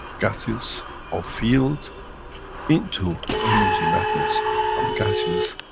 gaseous or fields into energy, matters of gaseous,